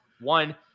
One